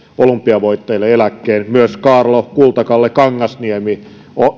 olympiavoittajille eläkkeen myös kaarlo kulta kalle kangasniemi